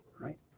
right